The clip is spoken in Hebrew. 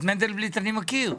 את מנדלבליט אני מכיר.